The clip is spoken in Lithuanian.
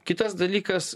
kitas dalykas